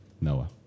Noah